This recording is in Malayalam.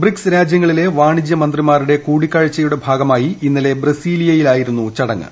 ബ്രിക്സ് രാജ്യങ്ങളിലെ വാണിജ്യ മന്ത്രിമാരുടെ കൂടിക്കാഴ്ചയുടെ ഭാഗമായി ഇന്നലെ ബ്രസീലിയയിലായിരുന്നു ചടങ്ങ്